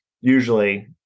usually